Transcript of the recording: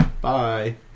Bye